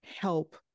help